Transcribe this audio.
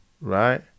right